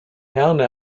herne